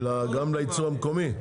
גם לייצור המקומי?